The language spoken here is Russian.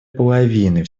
половины